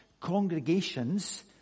congregations